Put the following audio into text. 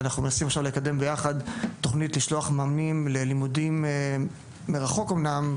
אנחנו מנסים עכשיו לקדם ביחד תכנית לשלוח מאמנים ללימודים מרחוק אמנם,